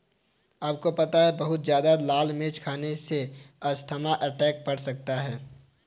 आपको पता है बहुत ज्यादा लाल मिर्च खाने से अस्थमा का अटैक पड़ सकता है?